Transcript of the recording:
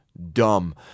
dumb